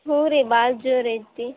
ಹ್ಞೂ ರೀ ಭಾಳ್ ಜೋರು ಐತಿ